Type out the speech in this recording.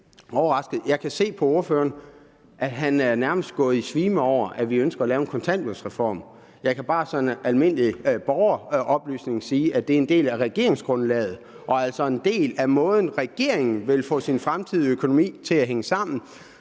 jeg bliver lidt overrasket, at han nærmest er gået i svime over, at vi ønsker at lave en kontanthjælpsreform, men jeg kan bare som almindelig borgeroplysning sige, at det er en del af regeringsgrundlaget og altså en del af måden, regeringen vil få sin fremtidige økonomi til at hænge sammen